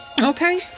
Okay